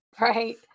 right